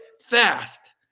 fast